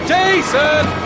Jason